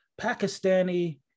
pakistani